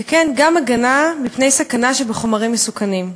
וכן, גם הגנה מפני סכנה שבחומרים מסוכנים.